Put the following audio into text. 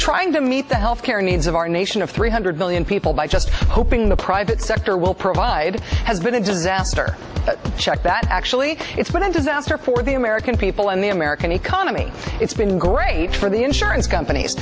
trying to meet the health care needs of our nation of three hundred million people by just hoping the private sector will provide has been a disaster check that actually it's been a disaster for the american people and the american economy it's been great for the insurance companies